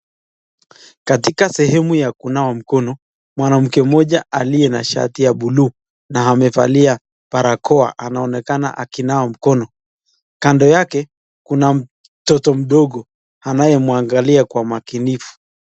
Katika sehemu ya kunawa mkono, mwanamke mmoja aliye na shati ya buluu na amevalia barakoa anaonekana akinawa mkono. Kando yake kuna mtoto mdogo anayemwangalia kwa umakinifu.